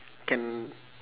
can